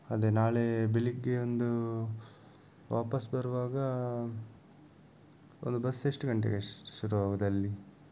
ಅದೇ ನಾಳೆ ಬೆಳಿಗ್ಗೆ ಒಂದು ವಾಪಸ್ ಬರುವಾಗ ಅದು ಬಸ್ ಎಷ್ಟು ಗಂಟೆಗೆ ಶುರುವಾಗೋದು ಅಲ್ಲಿ